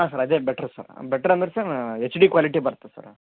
ಹಾಂ ಸರ್ ಅದೇ better sir better ಅಂದ್ರೆ ಸರ್ ಹೆಚ್ ಡಿ ಕ್ವಾಲ್ಟಿ ಬರ್ತದೆ ಸರ್